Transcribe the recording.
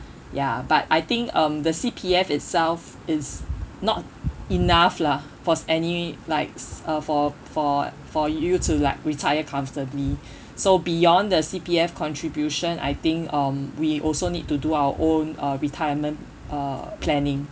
ya but I think um the C_P_F itself is not enough lah for any like uh for for for you to like retire comfortably so beyond the C_P_F contribution I think um we also need to do our own uh retirement uh planning